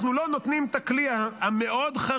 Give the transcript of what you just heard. כן, בבקשה.